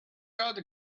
other